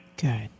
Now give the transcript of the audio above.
Good